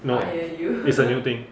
no it's a new thing